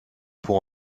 pour